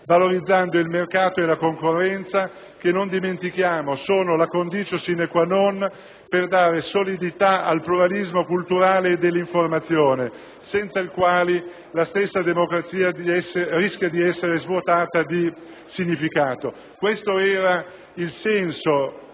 valorizzando il mercato e la concorrenza che, non dimentichiamo, sono la *condicio sine qua non* per dare solidità al pluralismo culturale e dell'informazione, senza i quali la stessa democrazia rischia di essere svuotata di significato. Questo era il senso